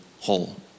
whole